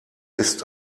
ist